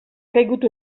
caigut